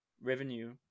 revenue